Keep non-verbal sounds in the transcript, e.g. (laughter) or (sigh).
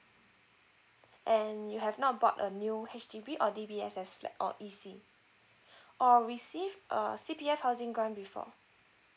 and you have not bought a new H_D_B or D_B_S_S flat or E_C (breath) or receive a C_P_F housing grant before